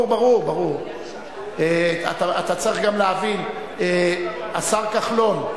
אתה צריך גם להבין, השר כחלון.